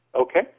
Okay